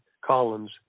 columns